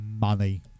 Money